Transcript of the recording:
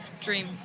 dream